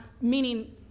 meaning